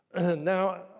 Now